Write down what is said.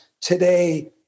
today